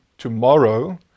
tomorrow